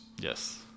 Yes